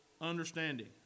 understanding